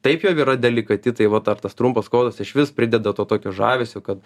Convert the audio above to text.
taip jau yra delikati tai vat dar tas trumpas kotas išvis prideda to tokio žavesio kad